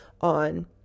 on